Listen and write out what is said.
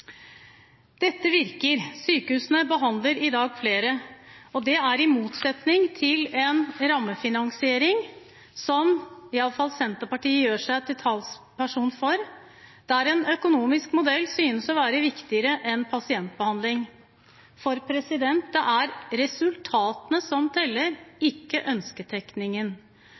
Dette virker. Sykehusene behandler i dag flere. Det står i motstrid til en rammefinansiering som iallfall Senterpartiet gjør seg til talsperson for, der en økonomisk modell synes å være viktigere enn pasientbehandling. Det er resultatene som teller,